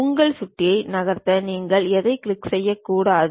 உங்கள் சுட்டியை நகர்த்த நீங்கள் எதையும் கிளிக் செய்யக்கூடாது